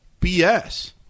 BS